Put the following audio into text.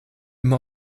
immer